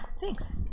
Thanks